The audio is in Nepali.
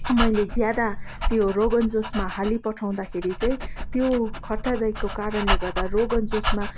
मैले ज्यादा त्यो रोगन जोसमा हालिपठाउँदा खेरि चाहिँ त्यो खट्टा दहीको कारणले गर्दा रोगन जोसमा